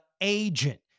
agent